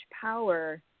power